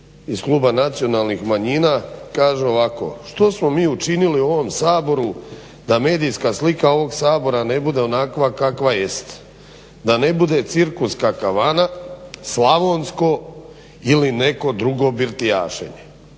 iz kluba nacionalnih manjina kaže ovako: "Što smo mi učinili u ovom Saboru da medijska slika ovog Sabora ne bude onakva kakva jest, da ne bude cirkus, karavana, slavonsko ili neko drugo birtijašenje